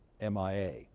MIA